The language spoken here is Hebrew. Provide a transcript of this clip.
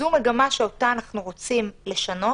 זו מגמה שאנחנו רוצים לשנות,